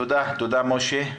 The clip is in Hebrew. תודה, משה.